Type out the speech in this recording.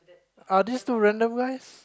are this two random guys